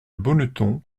bonneton